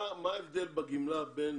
מה ההבדל בגמלה בין